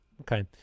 Okay